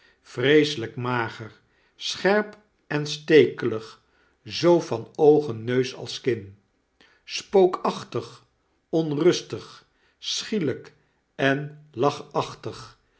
feeks vreeselijkmager scherp en stekelig zoo van oogen neus als kin spookachtig onrustig schielp en